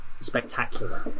Spectacular